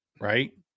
right